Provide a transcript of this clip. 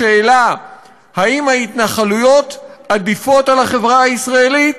בשאלה אם ההתנחלויות עדיפות על החברה הישראלית,